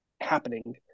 happening